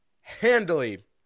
handily